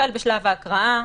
החל בשלב ההקראה,